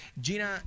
Gina